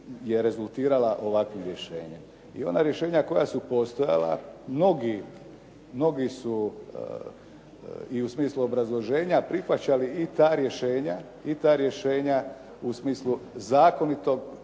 je rezultirala ovakvim rješenjem. I ona rješenja koja su postojala mnogi su i u smislu obrazloženja prihvaćali i ta rješenja u smislu zakonitog